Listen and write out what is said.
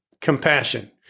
compassion